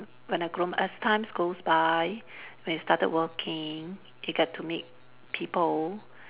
when I grown as times goes by when we started working we get to meet people